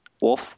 Wolf